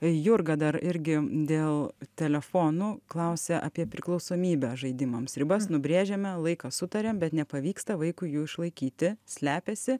jurga dar irgi dėl telefonų klausia apie priklausomybę žaidimams ribas nubrėžėme laiką sutarėm bet nepavyksta vaikui jų išlaikyti slepiasi